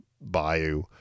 bayou